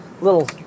little